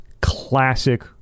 classic